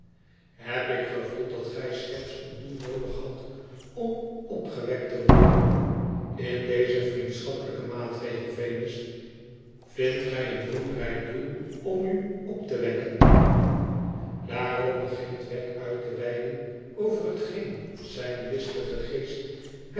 heb ik gevoeld dat gij slechts een doel noodig hadt om opgewekt te worden in dezen vriendschappelijken maatregel venus vindt gij een roemrijk doel om u op te wekken daarop begint wegg uit te weiden over hetgeen zijn listigen geest